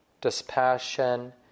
dispassion